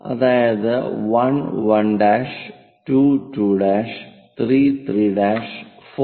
അതായത് 1 1' 2 2' 3 3' 4 4'